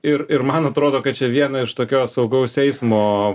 ir ir man atrodo kad čia viena iš tokios saugaus eismo